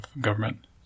government